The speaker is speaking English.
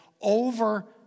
over